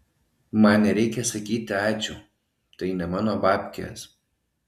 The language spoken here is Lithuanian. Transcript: man nereikia sakyti ačiū tai ne mano babkės